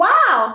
Wow